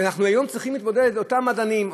אנחנו היום צריכים להתמודד עם אותם מדענים,